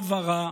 טוב ורע,